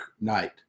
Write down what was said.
night